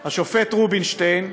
השופט רובינשטיין: